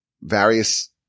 various